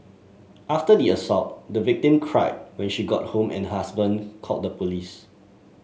after the assault the victim cried when she got home and her husband called the police